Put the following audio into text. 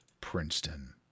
Princeton